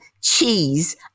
cheese